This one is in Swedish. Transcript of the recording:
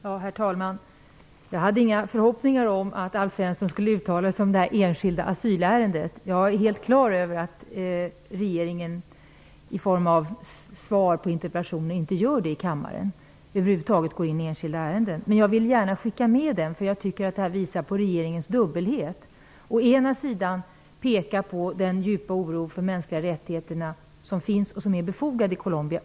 Herr talman! Jag hade inga förhoppningar om att Alf Svensson skulle uttala sig om detta enskilda asylärende. Jag är helt klar över att regeringen i svar på interpellationer över huvud taget inte går in på enskilda ärenden. Jag vill dock skicka med frågan. Jag tycker nämligen att den visar på regeringens dubbelhet. Å ena sidan pekar man på den djupa oro som finns, och som är befogad, när det gäller de mänskliga rättigheterna i Colombia.